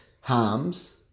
harms